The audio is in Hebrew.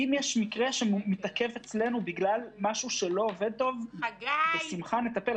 אם יש מקרה שמתעכב אצלנו בגלל משהו שלא עובד טוב אז נטפל בשמחה.